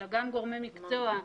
אלא גם גורמי מקצוע,